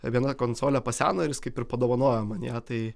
viena konsolė paseno ir jis kaip ir padovanojo man ją tai